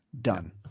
Done